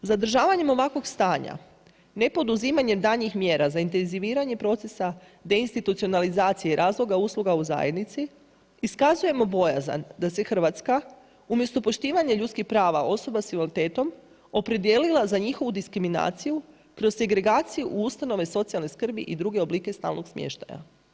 Zadržavanje ovakvog stanja, ne poduzimanjem daljnjih mjera za intenziviranjem procesa deinstitucionalizacije i razloga usluga u zajednici iskazujemo bojazan da se Hrvatska umjesto poštivanja ljudskih prava osoba s invaliditetom, opredijelila za njihovu diskriminaciju, kroz segregaciju u ustanovi socijalne skrbi i druge oblike stalnog smještaja.